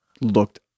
looked